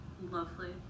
Lovely